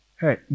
Hey